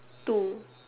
two